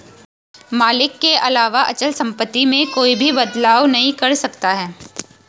मालिक के अलावा अचल सम्पत्ति में कोई भी बदलाव नहीं कर सकता है